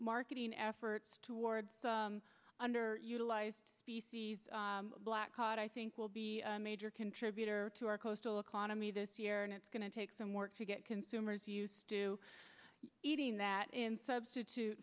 marketing efforts toward under utilized species black caught i think will be a major contributor to our coastal economy this year and it's going to take some work to get consumers used to eating that in substitute